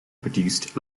produced